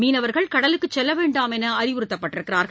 மீனவர்கள் கடலுக்கு செல்ல வேண்டாம் என்று அறிவுறுத்தப்பட்டுள்ளனர்